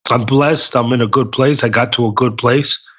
i'm blessed. i'm in a good place. i got to a good place,